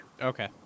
okay